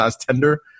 tender